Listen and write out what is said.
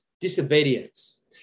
disobedience